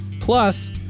Plus